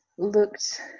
looked